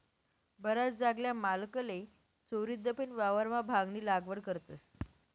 बराच जागल्या मालकले चोरीदपीन वावरमा भांगनी लागवड करतस